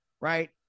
Right